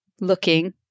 looking